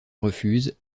refuse